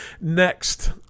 next